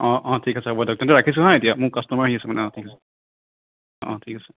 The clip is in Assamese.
অ' অ' ঠিক আছে হ'ব দিয়ক তেন্তে ৰাখিছো হাঁ এতিয়া মোৰ কাষ্টমাৰ আহি আছে মানে অ' ঠিক আছে অ' ঠিক আছে